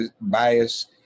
bias